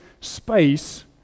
space